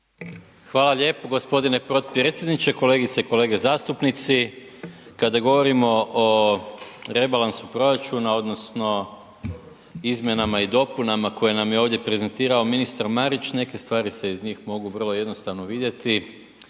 Hvala lijepo gospodine potpredsjedniče. Kolegice i kolege zastupnici. Kada govorimo o rebalansu proračuna odnosno izmjenama i dopunama koje nam je ovdje prezentirao ministar Marić neke stvari se iz njih mogu vrlo jednostavno vidjeti